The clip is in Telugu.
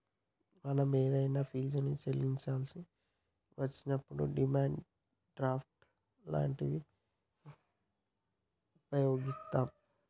మనం ఏదైనా ఫీజుని చెల్లించాల్సి వచ్చినప్పుడు డిమాండ్ డ్రాఫ్ట్ లాంటివి వుపయోగిత్తాం